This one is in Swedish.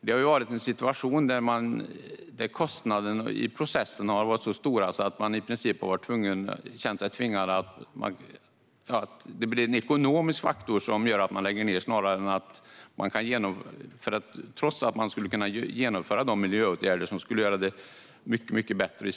Det har ju rått en situation där kostnaderna i processen har varit så stora att man lägger ned på grund av ekonomiska faktorer, trots att man skulle kunna vidta miljöåtgärder som skulle göra det hela mycket bättre.